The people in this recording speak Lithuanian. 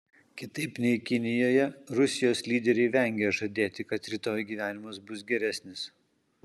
kitaip nei kinijoje rusijos lyderiai vengia žadėti kad rytoj gyvenimas bus geresnis